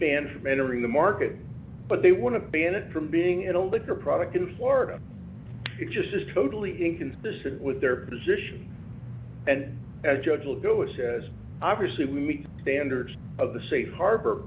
banned from entering the market but they want to ban it from being in a liquor product in florida which is just totally inconsistent with their position and as a judge will do it as obviously we meet standards of the safe harbor